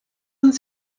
und